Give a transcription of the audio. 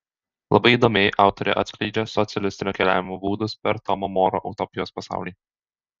labai įdomiai autorė atskleidžia socialistinio keliavimo būdus per tomo moro utopijos pasaulį